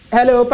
Hello